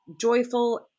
joyful